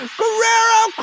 Guerrero